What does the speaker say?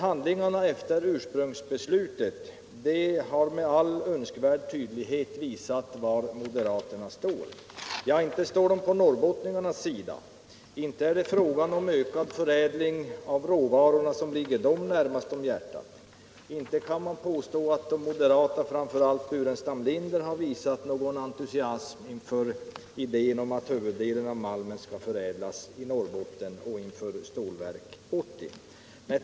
Handlingarna efter ursprungsbeslutet har med all önskvärd tydlighet visat var moderaterna står. Och inte står de på norrbottningarnas sida. Inte är det frågan om ökad förädling av råvarorna som ligger moderaterna närmast om hjärtat. Inte kan man påstå att de moderata, och framför allt då inte herr Burenstam Linder, har visat någon entusiasm för Stålverk 80 och för idén att huvuddelen av malmen skall förädlas i Norrbotten.